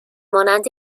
مانند